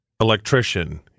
electrician